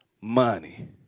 Money